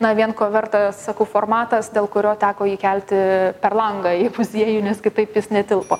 na vien ko verta sakau formatas dėl kurio teko jį kelti per langą į muziejų nes kitaip jis netilpo